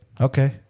Okay